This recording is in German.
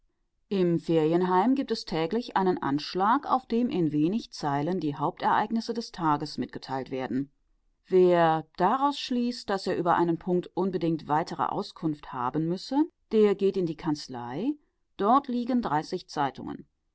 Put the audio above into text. im ferienheim gibt es täglich einen anschlag auf dem in wenig zeilen die hauptereignisse des tages mitgeteilt werden wer daraus schließt daß er über einen punkt unbedingt weitere auskunft haben müsse der geht in die kanzlei dort liegen